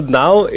now